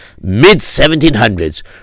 mid-1700s